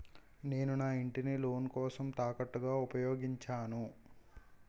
నేను నా ఇంటిని లోన్ కోసం తాకట్టుగా ఉపయోగించాను